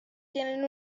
tienen